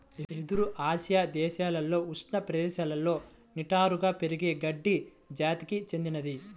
వెదురు ఆసియా దేశాలలో ఉష్ణ ప్రదేశాలలో నిటారుగా పెరిగే గడ్డి జాతికి చెందినది